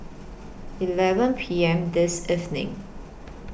eleven P M This evening